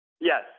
yes